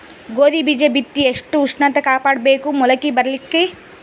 ಗೋಧಿ ಬೀಜ ಬಿತ್ತಿ ಎಷ್ಟ ಉಷ್ಣತ ಕಾಪಾಡ ಬೇಕು ಮೊಲಕಿ ಬರಲಿಕ್ಕೆ?